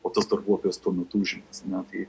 o tas darbuotojas tuo metu užimtas na tai